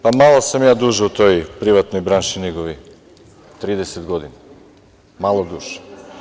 Pa, malo sam ja duže u toj privatnoj branši nego vi, 30 godina, malo duže.